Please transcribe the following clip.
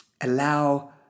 allow